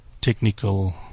technical